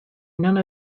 none